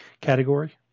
category